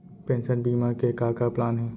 Pension बीमा के का का प्लान हे?